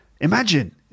Imagine